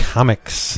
Comics